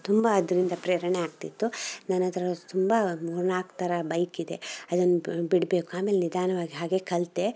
ತುಂಬ ಅದರಿಂದ ಪ್ರೇರಣೆ ಆಗ್ತಿತ್ತು ನನ್ನಹತ್ರ ತುಂಬ ಮೂರು ನಾಲ್ಕು ಥರ ಬೈಕ್ ಇದೆ ಅದನ್ನು ಬಿಡ್ಬೇಕು ಆಮೇಲೆ ನಿಧಾನ್ವಾಗ್ ಹಾಗೇ ಕಲಿತೆ